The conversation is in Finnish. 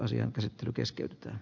asian käsittely keskeytyi